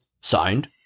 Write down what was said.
Signed